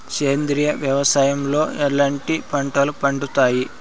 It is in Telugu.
సేంద్రియ వ్యవసాయం లో ఎట్లాంటి పంటలు పండుతాయి